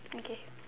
okay